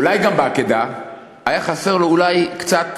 אולי גם בעקדה, היה חסר לו אולי קצת